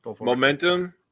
Momentum